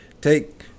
take